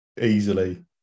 Easily